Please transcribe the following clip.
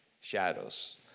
shadows